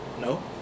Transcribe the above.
No